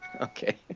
Okay